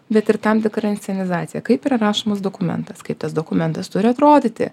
bet ir tam tikra inscenizacija kaip yra rašomas dokumentas kaip tas dokumentas turi atrodyti